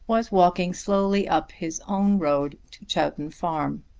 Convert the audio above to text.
was walking slowly up his own road to chowton farm.